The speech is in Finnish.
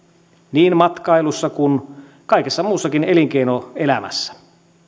niin matkailussa kuin kaikessa muussakin elinkeinoelämässä